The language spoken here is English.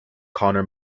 connor